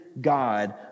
God